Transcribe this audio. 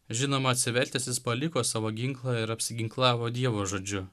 žinoma atsivertęs jis paliko savo ginklą ir apsiginklavo dievo žodžiu